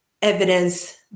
evidence